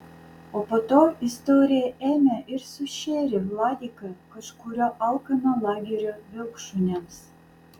o po to istorija ėmė ir sušėrė vladiką kažkurio alkano lagerio vilkšuniams